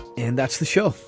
and that's the show.